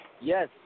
Yes